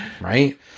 Right